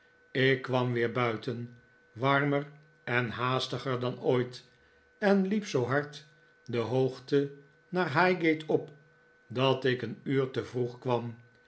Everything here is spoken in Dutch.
ik kwam weer buiten warmer en haastiger dan ooit en liep zoo hard de hoogte naar highgate op dat ik een uur te vroeg kwam